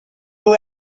and